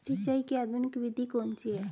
सिंचाई की आधुनिक विधि कौन सी है?